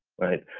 right?